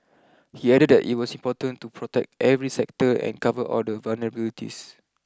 he added that it was important to protect every sector and cover all the vulnerabilities